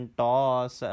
toss